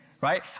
Right